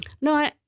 No